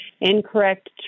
incorrect